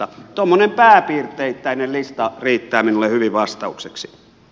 tuommoinen pääpiirteittäinen lista riittää minulle hyvin vas taukseksi